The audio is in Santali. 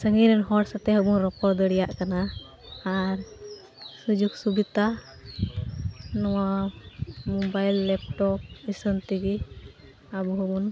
ᱥᱟᱺᱜᱤᱧᱨᱮᱱ ᱦᱚᱲ ᱥᱚᱛᱮᱡ ᱦᱚᱸᱵᱚᱱ ᱨᱚᱯᱚᱲ ᱫᱟᱲᱮᱭᱟᱜ ᱠᱟᱱᱟ ᱟᱨ ᱥᱩᱡᱳᱜᱽᱼᱥᱩᱵᱤᱫᱟ ᱱᱚᱣᱟ ᱢᱳᱵᱟᱭᱤᱞ ᱞᱮᱯᱴᱚᱯ ᱤᱥᱟᱹᱱᱛᱮᱜᱮ ᱟᱵᱚᱦᱚᱸᱵᱚᱱ